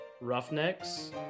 Roughnecks